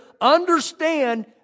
Understand